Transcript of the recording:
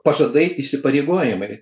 pažadai įsipareigojimai